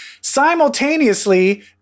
Simultaneously